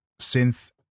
synth